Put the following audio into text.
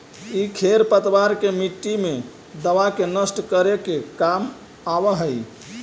इ खेर पतवार के मट्टी मे दबा के नष्ट करे के काम आवऽ हई